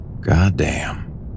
Goddamn